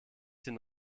den